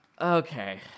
Okay